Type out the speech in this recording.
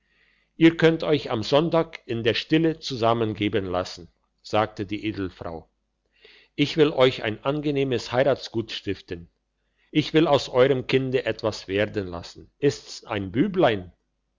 ihr könnt euch am sonntag in der stille zusammengeben lassen sagte die edelfrau ich will euch ein angenehmes heiratsgut stiften ich will aus eurem kinde etwas werden lassen ist's ein büblein